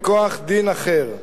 מכוח דין אחר,